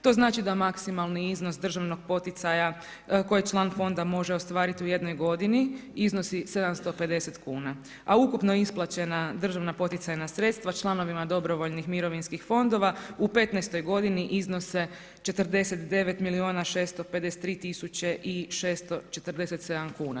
To znači da maksimalni iznos državnog poticaja koje član fonda može ostvarit u jednoj godini iznosi 750 kn. a ukupno isplaćena državna poticajna sredstva članovima dobrovoljnih mirovinskih fondova u 15. godini iznose 49 milijuna 653 647 kn.